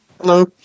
hello